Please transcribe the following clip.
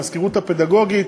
למזכירות הפדגוגית,